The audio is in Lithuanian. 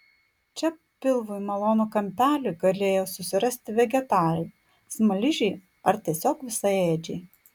čia pilvui malonų kampelį galėjo susirasti vegetarai smaližiai ar tiesiog visaėdžiai